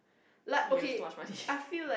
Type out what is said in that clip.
you have too much money